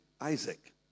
Isaac